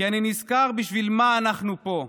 כי אני נזכר בשביל מה אנחנו פה.